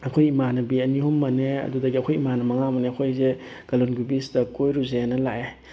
ꯑꯩꯈꯣꯏ ꯏꯃꯥꯟꯅꯕꯤ ꯑꯅꯤ ꯑꯍꯨꯝ ꯑꯃꯅꯦ ꯑꯗꯨꯗꯒꯤ ꯑꯩꯈꯣꯏ ꯏꯃꯥꯟꯅꯕ ꯃꯉꯥꯃꯨꯛꯅꯦ ꯑꯩꯈꯣꯏꯁꯦ ꯀꯥꯂꯟꯒꯨ ꯕꯤꯆꯁꯤꯗ ꯀꯣꯏꯔꯨꯁꯦꯅ ꯂꯥꯛꯑꯦ